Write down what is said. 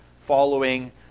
following